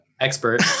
Expert